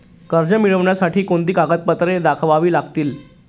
कर्ज मिळण्यासाठी कोणती कागदपत्रे दाखवावी लागतील?